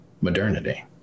modernity